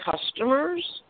customers